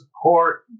support